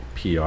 PR